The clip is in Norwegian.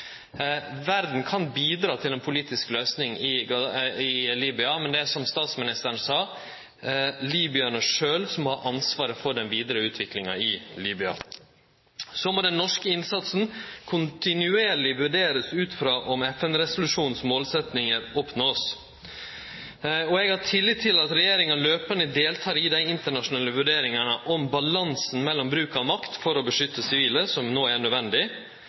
kan bidra til ei politisk løysing i Libya, men det er, som statsministeren sa, libyarane sjølve som har ansvaret for den vidare utviklinga i Libya. Så må den norske innsatsen kontinuerleg vurderast ut frå om FN-resolusjonens målsetjingar vert oppnådde. Eg har tillit til at regjeringa kontinuerleg deltek i dei internasjonale vurderingane av balansen mellom bruk av makt for å beskytte sivile, som no er nødvendig,